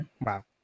Wow